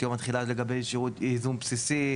את יום התחילה לגבי שירות ייזום בסיסי,